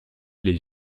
les